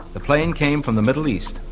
the plane came from the middle east,